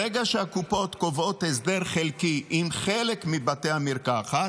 ברגע שהקופות קובעות הסדר חלקי עם חלק מבתי מרקחת,